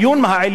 והשאר,